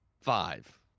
Five